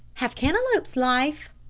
have cantaloups life?